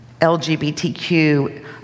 LGBTQ